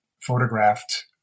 photographed